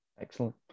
Excellent